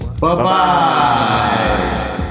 Bye-bye